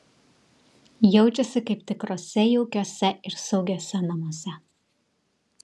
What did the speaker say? jaučiasi kaip tikruose jaukiuose ir saugiuose namuose